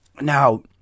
Now